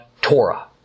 Torah